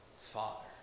father